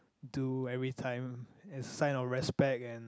do every time as a sign of respect and